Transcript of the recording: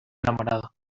enamorado